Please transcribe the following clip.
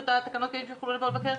את התקנות האלה שיוכלו לבוא לבקר,